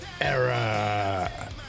era